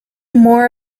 more